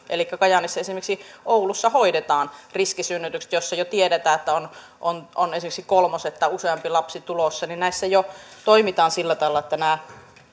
elikkä kajaanissa esimerkiksi hoidetaan riskisynnytykset oulussa jos jo tiedetään että on on esimerkiksi kolmoset tai useampi lapsi tulossa näissä toimitaan jo sillä tavalla että nämä äidit